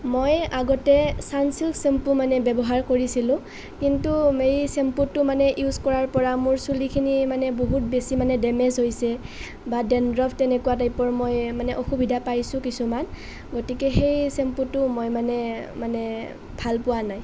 মই আগতে Sunsilk shampoo মানে ব্যৱহাৰ কৰিছিলোঁ কিন্তু এই চেম্পুটো মানে ইউজ কৰাৰ পৰা মোৰ চুলিখিনি মানে বহুত বেছি মানে ডেমেজ হৈছে বা ড্ৰেনড্ৰফ তেনেকুৱা টাইপৰ মই মানে অসুবিধা পাইছোঁ কিছুমান গতিকে সেই চেম্পুটো মই মানে মানে ভাল পোৱা নাই